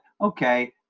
okay